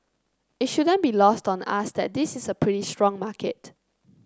it shouldn't be lost on us that this is a pretty strong market